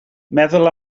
meddwl